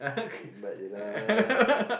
hemat je lah